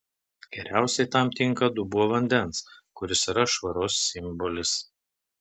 geriausiai tam tinka dubuo vandens kuris yra švaros simbolis